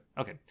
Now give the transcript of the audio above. Okay